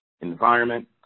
environment